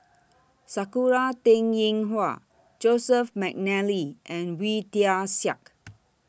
Sakura Teng Ying Hua Joseph Mcnally and Wee Tian Siak